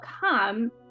come